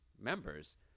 members